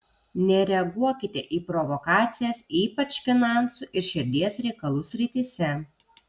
nereaguokite į provokacijas ypač finansų ir širdies reikalų srityse